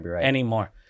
anymore